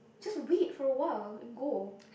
just wait for a while and go